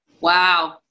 Wow